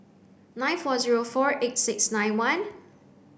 nine four zero four eight six nine one